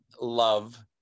love